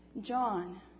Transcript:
John